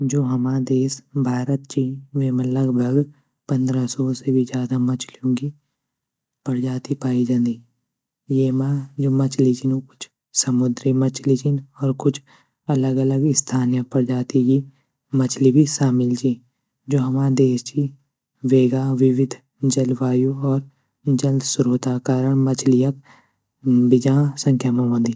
जू हमा देश भारत ची वेमा लगभग पंद्रा सौ से ज़्यादा मछलियों गी प्रजाति पाये जांदी येमा जू मछली छीन ऊ कुछ समुद्री मछली छीन और कुछ अलग अलग स्थानीय प्रजाति गी मछली भी शामिल ची जू हमा देश ची वेगा विविद जलवायु और जलश्रोता करण मछलियाँ बीजां संख्या म वंदी।